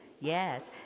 yes